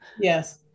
Yes